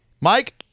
Mike